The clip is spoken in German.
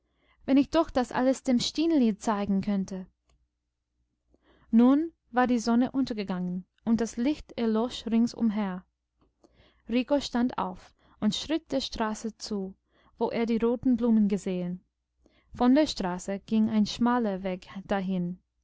wenn ich doch das alles dem stineli zeigen könnte nun war die sonne untergegangen und das licht erlosch ringsumher rico stand auf und schritt der straße zu wo er die roten blumen gesehen von der straße ging ein schmaler weg dahin